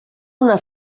una